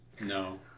No